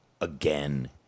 again